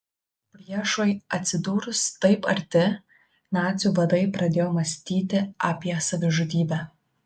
priešui atsidūrus taip arti nacių vadai pradėjo mąstyti apie savižudybę